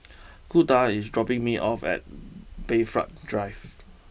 Kunta is dropping me off at Bayfront Drive